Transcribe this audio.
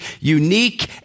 unique